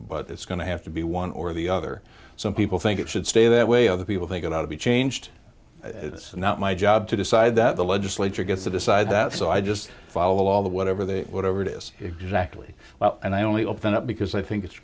but it's going to have to be one or the other some people think it should stay that way other people think it ought to be changed it's not my job to decide that the legislature gets to decide that so i just follow all the whatever the whatever it is exactly well and i only open up because i think it's